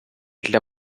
для